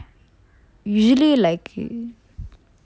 usually like